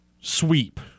sweep